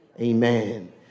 Amen